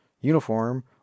uniform